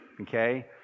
okay